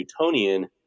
Newtonian